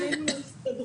אנחנו פנינו להסתדרות,